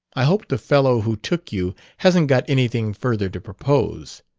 i hope the fellow who took you hasn't got anything further to propose.